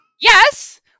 Yes